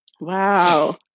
Wow